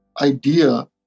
idea